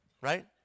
right